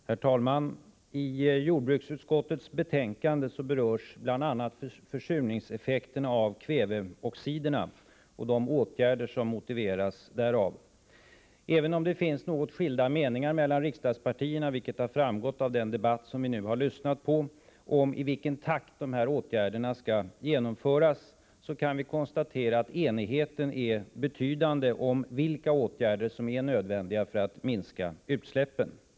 Herr talman! I jordbruksutskottets betänkande berörs bl.a. försurningseffekterna av kväveoxiderna och de åtgärder som motiveras därav. Även om det finns något skilda meningar mellan riksdagspartierna om i vilken takt dessa åtgärder bör vidtas — vilket har framgått av den debatt som vi nu har lyssnat på — kan vi konstatera att enigheten är betydande om vilka åtgärder som är nödvändiga för att minska utsläppen. Herr talman!